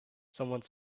someone